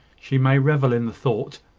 she may revel in the thought